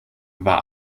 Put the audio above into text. war